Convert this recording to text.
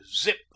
zip